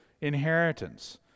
inheritance